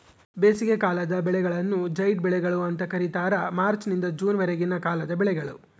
ಬೇಸಿಗೆಕಾಲದ ಬೆಳೆಗಳನ್ನು ಜೈಡ್ ಬೆಳೆಗಳು ಅಂತ ಕರೀತಾರ ಮಾರ್ಚ್ ನಿಂದ ಜೂನ್ ವರೆಗಿನ ಕಾಲದ ಬೆಳೆಗಳು